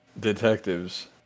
detectives